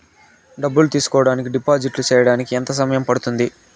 డబ్బులు తీసుకోడానికి డిపాజిట్లు సేయడానికి ఎంత సమయం పడ్తుంది